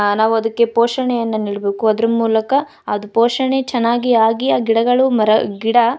ನಾವು ಅದಕ್ಕೆ ಪೋಷಣೆಯನ್ನ ನೀಡಬೇಕು ಅದ್ರ ಮೂಲಕ ಅದು ಪೋಷಣೆ ಚೆನ್ನಾಗಿ ಆಗಿ ಆ ಗಿಡಗಳು ಮರ ಗಿಡ